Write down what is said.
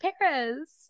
Paris